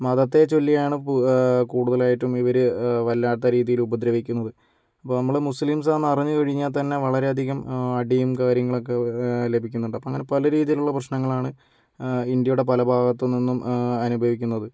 മതത്തെ ചൊല്ലിയാണ് ഇപ്പോൾ കൂടുതലായിട്ടും ഇവർ വല്ലാത്ത രീതിയിൽ ഉപദ്രവിക്കുന്നത് അപ്പോൾ നമ്മൾ മുസ്ലിംസ് ആണെന്ന് അറിഞ്ഞു കഴിഞ്ഞാൽ തന്നെ വളരെ അധികം അടിയും കാര്യങ്ങളൊക്കെ ലഭിക്കുന്നുണ്ട് അപ്പം അങ്ങനെ പല രീതിയിലുള്ള പ്രശ്നങ്ങളാണ് ഇന്ത്യയുടെ പല ഭാഗത്തു നിന്നും അനുഭവിക്കുന്നത്